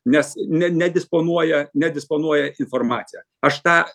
nes ne nedisponuoja nedisponuoja informacija aš tą